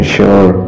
sure